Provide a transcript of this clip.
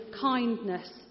kindness